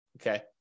okay